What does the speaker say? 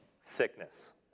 sickness